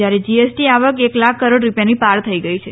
જયારે જીએસટી આવક એક લાખ કરોડ રૂપિયાને પાર થઇ ગઇ છે